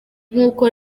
nk’uko